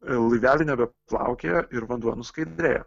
laiveliai nebe plaukioja ir vanduo nuskaidrėja